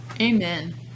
Amen